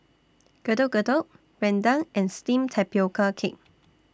Getuk Getuk Rendang and Steamed Tapioca Cake